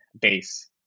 base